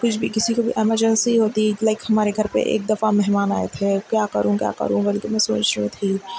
کچھ بھی کسی کو بھی ایمرجنسی ہوتی لائک ہمارے گھر پہ ایک دفعہ مہمان آئے تھے کیا کروں کیا کروں بول کے میں سوچ رہی تھی